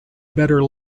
better